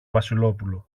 βασιλόπουλο